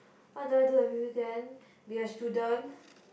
what do I do every weekend be a student